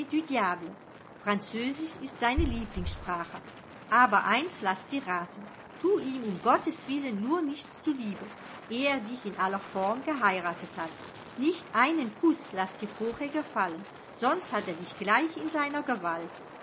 französisch ist seine lieblingssprache aber eins lass dir raten tu ihm um gottes willen nur nichts zu liebe ehe er dich in aller form geheiratet hat nicht einen kuß lass dir vorher gefallen sonst hat er dich gleich in seiner gewalt